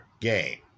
game